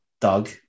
Doug